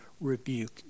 rebuke